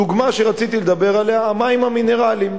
הדוגמה שרציתי לדבר עליה, המים המינרליים.